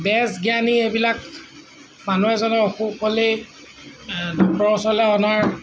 বেজ জ্ঞানী এইবিলাক মানুহ এজনৰ অসুখ হ'লেই ডক্টৰৰ ওচৰলৈ অনাত